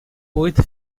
with